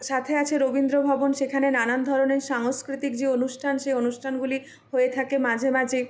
সাথে আছে রবীন্দ্রভবন সেখানে নানান ধরনের সাংস্কৃতিক যে অনুষ্ঠান সে অনুষ্ঠানগুলি হয়ে থাকে মাঝে মাঝে